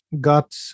Got